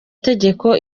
tegeko